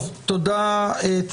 טוב, תודה לכם.